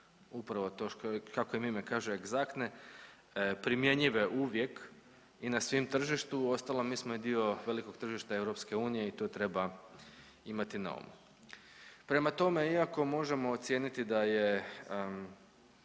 upravo to kako im ime kaže egzaktne, primjenjive uvijek i na svim tržištu, uostalom mi smo i dio velikog tržišta EU i to treba imati na umu. Prema tome, iako možemo ocijeniti da je